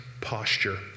posture